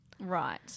Right